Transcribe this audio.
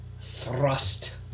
thrust